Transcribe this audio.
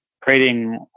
creating